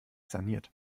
saniert